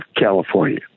California